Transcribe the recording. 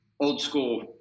old-school